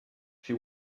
she